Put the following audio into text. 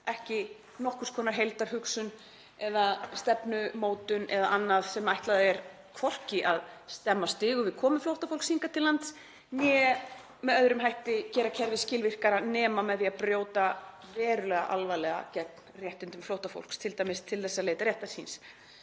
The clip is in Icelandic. ekki nokkurs konar heildarhugsun eða stefnumótun eða annað, og þetta mun hvorki stemma stigu við komu flóttafólks hingað til lands né með öðrum hætti gera kerfið skilvirkara nema með því að brjóta verulega alvarlega gegn réttindum flóttafólks, t.d. til að leita réttar síns.